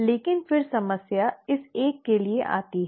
लेकिन फिर समस्या इस एक के लिए आती है